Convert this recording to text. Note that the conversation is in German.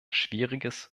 schwieriges